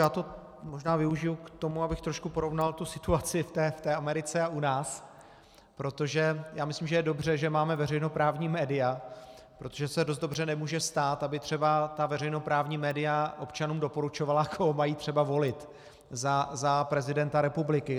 Já to možná využiji k tomu, abych trošku porovnal situaci v Americe a u nás, protože si myslím, že je dobře, že máme veřejnoprávní média, protože se dost dobře nemůže stát, aby třeba veřejnoprávní média občanům doporučovala, koho mají třeba volit za prezidenta republiky.